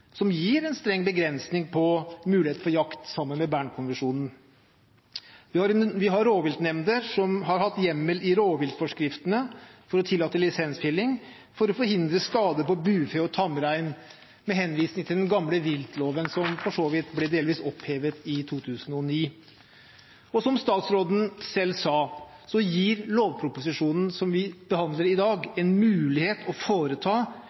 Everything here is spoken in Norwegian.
som gir en streng begrensning på mulighet for jakt, sammen med Bern-konvensjonen. Vi har rovviltnemnder som har hatt hjemmel i rovviltforskriftene for å tillate lisensfelling for å forhindre skade på bufe og tamrein, med henvisning til den gamle viltloven, som for så vidt ble delvis opphevet i 2009. Som statsråden selv sa, gir lovproposisjonen som vi behandler i dag, en mulighet til å foreta